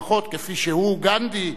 לפחות כפי שהוא, גנדי,